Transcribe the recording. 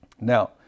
Now